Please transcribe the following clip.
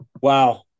Wow